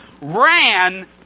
ran